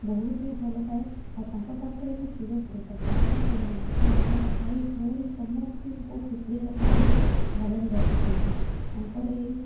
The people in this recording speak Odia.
ବହୁତ ହିଁ ଭଲ ପାଏ ଆଉ ତାଙ୍କ ପାଖରେ ମୁଁ ଚିରକୃତ କାରଣ ସେ ମୋ ବାପା ମା ଭାଇ ଭଉଣୀ ସମସ୍ତଙ୍କୁ ଖୁସିରେ ରଖିଛନ୍ତି ଭଲରେ ରଖିଛନ୍ତି ତାଙ୍କର ଏହି